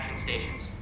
stations